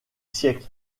siècle